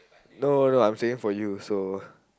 no no no I'm saying for you so